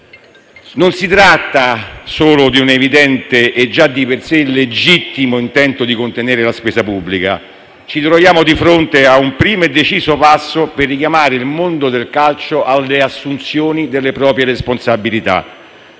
Non si tratta solo di un evidente e già di per sé legittimo intento di contenere la spesa pubblica; ci troviamo di fronte a un primo e deciso passo per richiamare il mondo del calcio alle assunzioni delle proprie responsabilità,